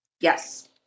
Yes